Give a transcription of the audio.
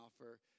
offer